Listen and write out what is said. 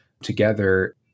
together